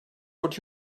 what